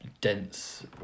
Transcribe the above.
dense